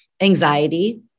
anxiety